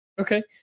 okay